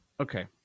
okay